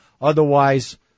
otherwise